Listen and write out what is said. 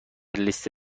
لیست